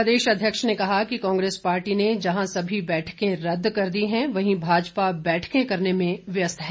प्रदेश अध्यक्ष ने कहा कि कांग्रेस पार्टी ने जहां सभी बैठकें रदद कर दी है वहीं भाजपा बैठकें करने में व्यस्त है